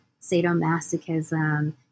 sadomasochism